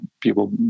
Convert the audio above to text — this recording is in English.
People